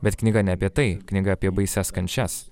bet knyga ne apie tai knyga apie baisias kančias